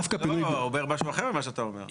לא, הוא אומר משהו אחר ממה שאתה אומר.